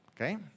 Okay